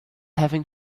having